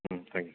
ம் தேங்க்யூ